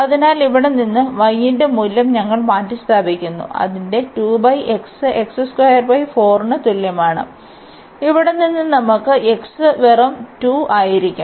അതിനാൽ ഇവിടെ നിന്ന് y ന്റെ മൂല്യം ഞങ്ങൾ മാറ്റിസ്ഥാപിക്കുന്നു അതിന്റെ ന് തുല്യമാണ് ഇവിടെ നിന്ന് നമുക്ക് x വെറും 2 ആയിരിക്കും